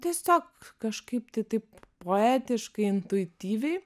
tiesiog kažkaip tai taip poetiškai intuityviai